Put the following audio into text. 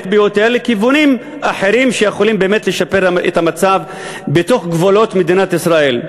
ביותר לכיוונים אחרים שיכולים באמת לשפר את המצב בתוך גבולות מדינת ישראל.